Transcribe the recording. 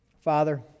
Father